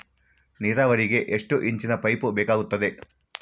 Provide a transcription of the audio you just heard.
ನೇರಾವರಿಗೆ ಎಷ್ಟು ಇಂಚಿನ ಪೈಪ್ ಬೇಕಾಗುತ್ತದೆ?